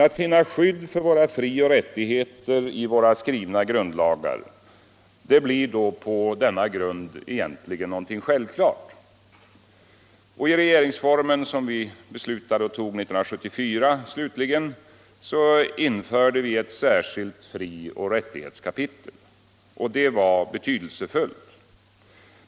Att finna skydd för våra frioch rättigheter i våra skrivna grundlagar blir på denna grund egentligen något självklart. I regeringsformen 1974 införde vi ett särskilt frioch rättighetskapitel. Det var betydelsefullt.